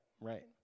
right